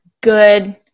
good